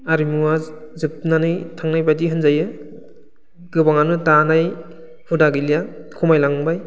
आरिमुआ जोबनानै थांनायबायदि होनजायो गोबाङानो दानाय हुदा गैलिया खमाय लांबाय